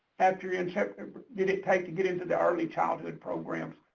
after inception did it take to get into the early childhood programs?